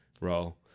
role